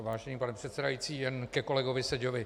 Vážený pane předsedající, jen ke kolegovi Seďovi.